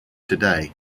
today